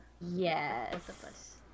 yes